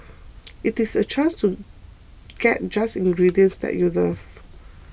it is a chance to get just ingredients that you love